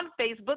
Facebook